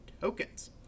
tokens